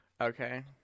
Okay